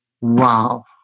wow